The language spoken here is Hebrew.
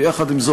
ויחד עם זאת,